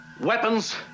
weapons